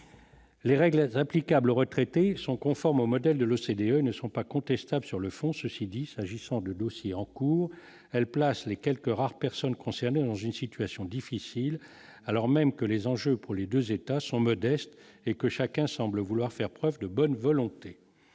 Les règles applicables retraités sont conformes au modèle de l'OCDE ne sont pas contestables sur le fond, ceci dit, s'agissant de dossiers en cours, elle place les quelques rares personnes concernées dans une situation difficile, alors même que les enjeux pour les 2 États sont modestes et que chacun semble vouloir faire preuve de bonne volonté,